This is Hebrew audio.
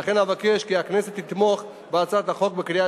ולכן אבקש כי הכנסת תתמוך בהצעת החוק בקריאה